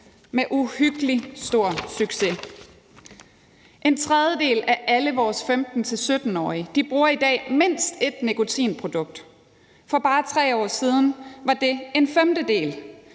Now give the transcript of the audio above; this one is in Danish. med uhyggelig stor succes. En tredjedel af alle vores 15-17-årige bruger i dag mindst ét nikotinprodukt. For bare 3 år siden var det en femtedel.